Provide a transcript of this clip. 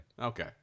Okay